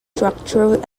structured